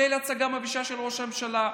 הצגה מבישה של ראש הממשלה.